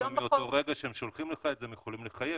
מאותו רגע שהם שולחים לך את זה, הם יכולים לחייב.